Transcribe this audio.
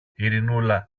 ειρηνούλα